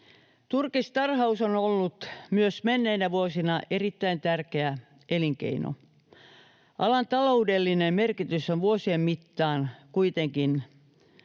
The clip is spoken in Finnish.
Turkistarhaus on ollut myös menneinä vuosina erittäin tärkeä elinkeino. Alan taloudellinen merkitys on vuosien mittaan kuitenkin